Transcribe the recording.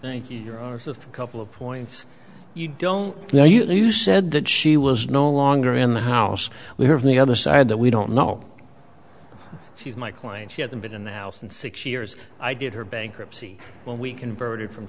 thank you you're just a couple of points you don't now you said that she was no longer in the house we have the other side that we don't know she's my client she hasn't been in the house in six years i did her bankruptcy when we converted from